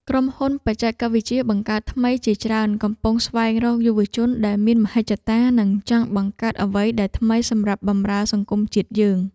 ក្រុមហ៊ុនបច្ចេកវិទ្យាបង្កើតថ្មីជាច្រើនកំពុងស្វែងរកយុវជនដែលមានមហិច្ឆតា និងចង់បង្កើតអ្វីដែលថ្មីសម្រាប់បម្រើសង្គមជាតិយើង។